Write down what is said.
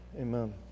Amen